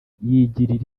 yigirira